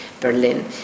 Berlin